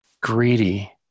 greedy